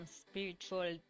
spiritual